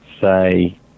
say